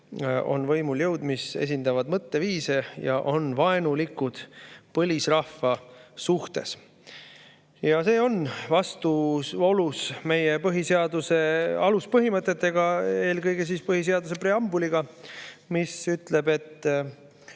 on võimul jõud, mis esindavad mõtteviise, mis on vaenulikud põlisrahva suhtes. See on vastuolus meie põhiseaduse aluspõhimõtetega, eelkõige põhiseaduse preambuliga, mis ütleb, et